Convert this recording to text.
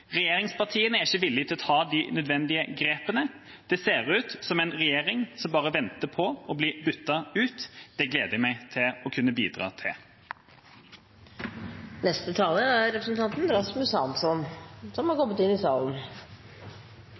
Regjeringspartiene er ikke villige til å ta de nødvendige grepene. Det ser ut som en regjering som bare venter på å bli byttet ut. Det gleder jeg meg til å kunne bidra til. Teknisk Ukeblad har rapportert om stadig større overskridelser på norsk sokkel. 200 mrd. kr har